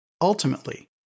Ultimately